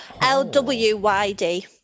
L-W-Y-D